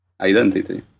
identity